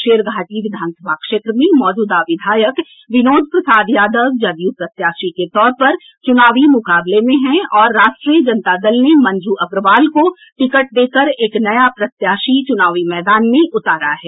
शेरघाटी विधान समा क्षेत्र में मौजूदा विधायक विनोद प्रसाद यादव जदयू प्रत्याशी के तौर पर चुनावी मुकाबले में हैं और राष्ट्रीय जनता दल ने मंजू अग्रवाल को टिकट देकर एक नया प्रत्याशी चुनावी मैदान में उतारा है